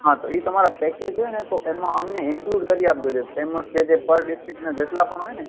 હા તો એ તમારા પૅકેટ હોય ને તો એમાં અમને ઈન્ક્લુડ કરી આપજો જે ફેમસ જે જે પર ડેના ડિસ્ટ્રિક્ટના જેટલાં પણ હોય ને